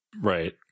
Right